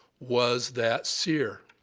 was that seer.